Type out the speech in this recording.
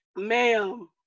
ma'am